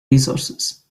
resources